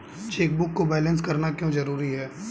Chequebook को balance करना क्यों जरूरी है?